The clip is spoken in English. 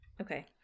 Okay